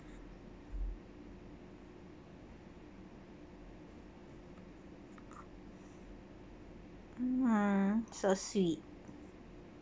mm so sweet